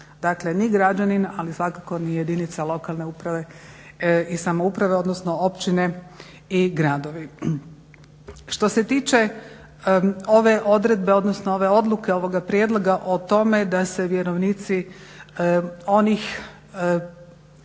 Dakle, ni građanin, ali svakako ni jedinica lokalne uprave i samouprave, odnosno općine i gradovi. Što se tiče ove odredbe odnosno ove odluke ovoga prijedloga o tome da se vjerovnici onih umrlih